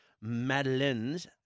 madeleines